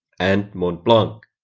and mont blanc